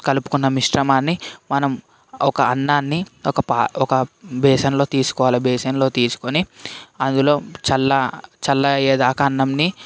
కలుపుకున్న మిశ్రమాన్ని మనం ఒక అన్నాన్ని ఒక పా ఒక బేసన్లో తీసుకోవాలి బేసన్లో తీసుకొని అందులో చల్ల చల్లగా అయ్యేదాకా అన్నాన్ని